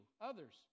others